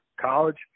college